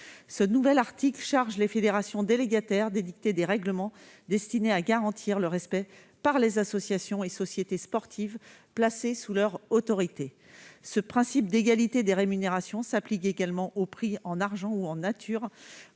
et des sportifs, les fédérations délégataires étant chargées d'édicter des règlements destinés à en garantir le respect par les associations et sociétés sportives placées sous leur autorité. Ce principe d'égalité des rémunérations s'applique également aux prix en argent ou en nature